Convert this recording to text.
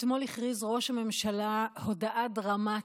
אתמול הכריז ראש הממשלה הודעה דרמטית.